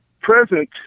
present